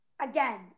Again